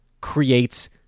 creates